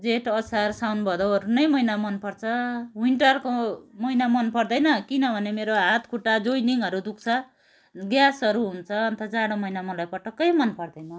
जेठ असार साउन भदौहरू नै महिना मनपर्छ विन्टरको महिना मन पर्दैन किनभने मेरो हात खुट्टा जोइनिङहरू दुख्छ ग्यासहरू हुन्छ अन्त जाडो महिना मलाई पटक्कै मन पर्दैन